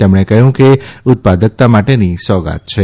તેમણે કહ્યું કે ઉત્પાદકતા માટેની સૌગાત છે